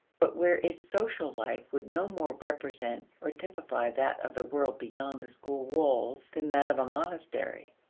but where its social life would no more represent or typify that of the world beyond the school walls than that of a monastery.